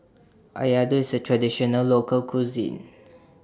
Laddu IS A Traditional Local Cuisine